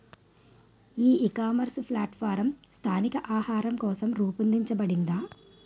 ఈ ecommerce platform స్థానిక ఆహారం కోసం రూపొందించబడిందా?